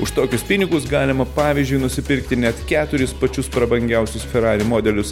už tokius pinigus galima pavyzdžiui nusipirkti net keturis pačius prabangiausius ferari modelius